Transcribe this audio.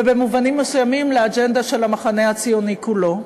ובמובנים מסוימים לאג'נדה של המחנה הציוני כולו.